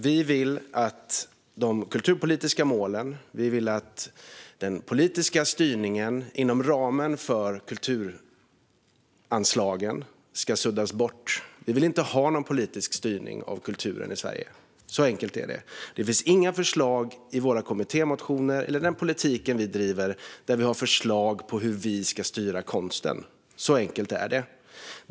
Vi vill att de kulturpolitiska målen och den politiska styrningen inom ramen för kulturanslagen ska suddas bort. Vi vill inte ha någon politisk styrning av kulturen i Sverige. Så enkelt är det. Det finns inga förslag i våra kommittémotioner eller i den politik vi driver om hur vi ska styra konsten. Så enkelt är det.